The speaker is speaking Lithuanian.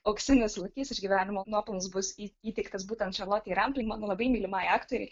auksinis lokys už gyvenimo nuopelnus bus įteiktas būtent šarlotei rampling mano labai mylimai aktorei